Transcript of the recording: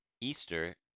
Easter